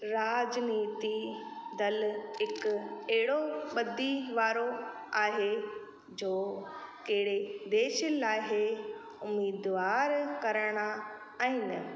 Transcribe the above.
राजनीती दल हिकु अहिड़ो ॿधी वारो आहे जो कहिड़े देश लाइ उमेदवार कराइणा आहिनि